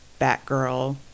Batgirl